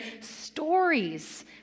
stories